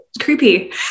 creepy